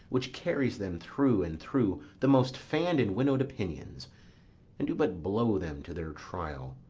which carries them through and through the most fanned and winnowed opinions and do but blow them to their trial,